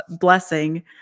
blessing